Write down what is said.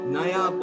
Naya